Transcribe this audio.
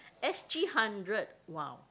S_G hundred !wow!